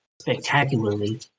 spectacularly